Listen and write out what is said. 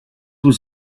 was